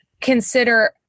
consider